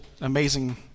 amazing